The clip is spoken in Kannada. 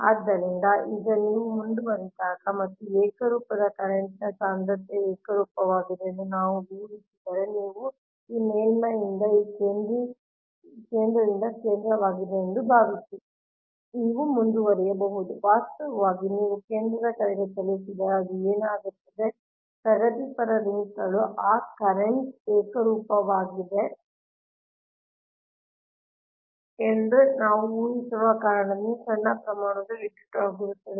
ಆದ್ದರಿಂದ ಈಗ ನೀವು ಮುಂದುವರಿದಾಗ ಮತ್ತು ಏಕರೂಪದ ಕರೆಂಟ್ನ್ ಸಾಂದ್ರತೆಯು ಏಕರೂಪವಾಗಿದೆ ಎಂದು ನಾವು ಊಹಿಸಿದರೆ ನೀವು ಈ ಮೇಲ್ಮೈಯಿಂದ ಈ ಕೇಂದ್ರದಿಂದ ಕೇಂದ್ರವಾಗಿದೆ ಎಂದು ಭಾವಿಸಿ ನೀವು ಮುಂದುವರಿಯಬಹುದು ವಾಸ್ತವವಾಗಿ ನೀವು ಕೇಂದ್ರದ ಕಡೆಗೆ ಚಲಿಸಿದರೆ ಅದು ಏನಾಗುತ್ತದೆ ಪ್ರಗತಿಪರ ಲಿಂಕ್ಗಳು a ಪ್ರಸ್ತುತ ಕರೆಂಟ್ ಏಕರೂಪವಾಗಿದೆ ಎಂದು ನಾವು ಊಹಿಸುವ ಕಾರಣದಿಂದ ಸಣ್ಣ ಪ್ರಮಾಣದ ವಿದ್ಯುತ್ ಆಗಿರುತ್ತದೆ